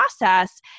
process